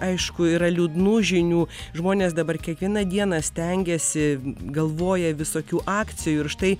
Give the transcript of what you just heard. aišku yra liūdnų žinių žmonės dabar kiekvieną dieną stengiasi galvoja visokių akcijų ir štai